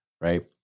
right